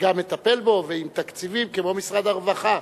שגם מטפל בו, ועם תקציבים, כמו משרד הרווחה.